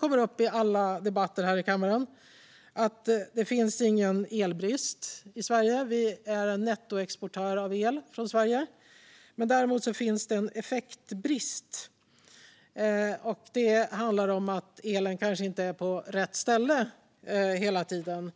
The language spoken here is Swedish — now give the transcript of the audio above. kommer upp i nästan alla debatter här i kammaren att det inte finns någon elbrist i Sverige. Vi är nettoexportör av el från Sverige. Däremot finns det en effektbrist. Det handlar om att elen kanske inte är på rätt ställe hela tiden.